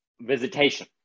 visitation